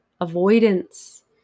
avoidance